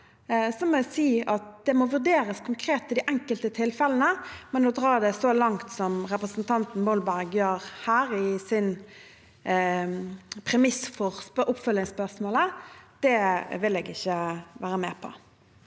det må vurderes konkret i de enkelte tilfellene, men å dra det så langt som representanten Molberg gjør her i sin premiss for oppfølgingsspørsmålet, vil jeg ikke være med på.